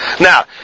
Now